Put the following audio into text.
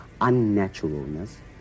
unnaturalness